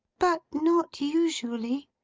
but not usually.